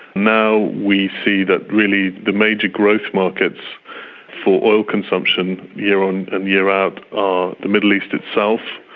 now we see that really the major growth markets for oil consumption year-on and year-out are the middle east itself,